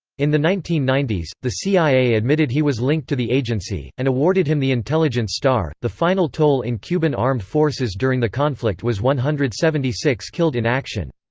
in the nineteen ninety s, the cia admitted he was linked to the agency, and awarded him the intelligence star the final toll in cuban armed forces during the conflict was one hundred and seventy six killed in action.